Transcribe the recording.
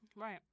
Right